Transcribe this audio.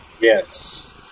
Yes